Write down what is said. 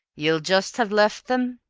ye'll just have left them?